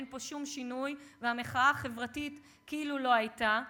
אין פה שום שינוי, והמחאה החברתית כאילו לא הייתה.